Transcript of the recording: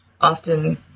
often